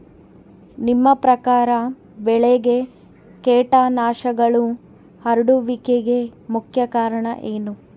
ನಿಮ್ಮ ಪ್ರಕಾರ ಬೆಳೆಗೆ ಕೇಟನಾಶಕಗಳು ಹರಡುವಿಕೆಗೆ ಮುಖ್ಯ ಕಾರಣ ಏನು?